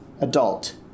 adult